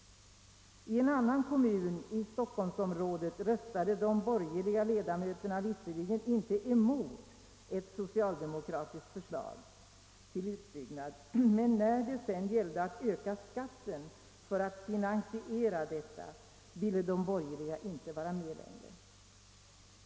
I en annan kommun i stockholmsområdet röstade de borgerliga ledamöterna visserligen inte emot ett socialdemokratiskt förslag till utbyggnad, men när det sedan gällde att höja skatten för att finansiera detta ville de borgerliga inte vara med längre.